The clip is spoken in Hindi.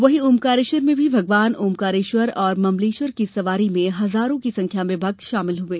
वहीं ओंकारेश्वर में भी भगवान ओंकारेश्वर और ममलेश्वर की संवारी में हजारों की संख्या में भक्त शामिल हुए